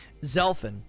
Zelfin